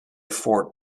fort